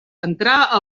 entrar